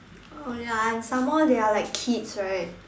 oh ya and some more they are like kids right